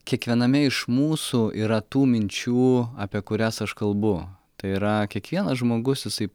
kiekviename iš mūsų yra tų minčių apie kurias aš kalbu tai yra kiekvienas žmogus jisai